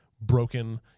broken